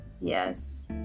Yes